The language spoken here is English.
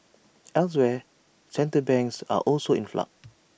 elsewhere central banks are also in flux